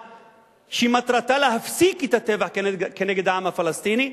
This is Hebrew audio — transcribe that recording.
שמטרתה להפסיק את הטבח כנגד העם הפלסטיני.